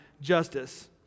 justice